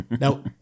Now